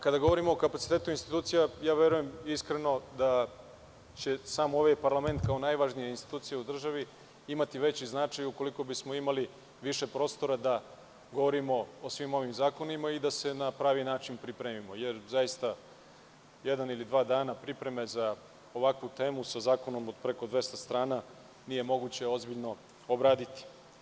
Kada govorimo o kapacitetu institucija, iskreno verujem da će ovaj parlament, kao najvažnija institucija u državi, imati veći značaj ukoliko bismo imali više prostora da govorimo o svim ovim zakonima i da se na pravi način pripremimo, jer zaista jedan ili dva dana pripreme za ovakvu temu sa zakonom od preko 200 strana nije moguće ozbiljno obraditi.